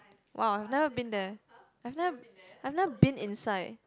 !wow! I've never been there I've never I've never been inside